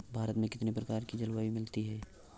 भारत में कितनी प्रकार की जलवायु मिलती है?